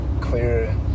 clear